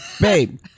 babe